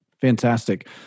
Fantastic